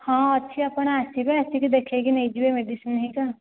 ହଁ ଅଛି ଆପଣ ଆସିବେ ଆସିକି ଦେଖେଇକି ନେଇଯିବେ ମେଡ଼ିସିନ ହେରିକା